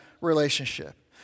relationship